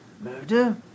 Murder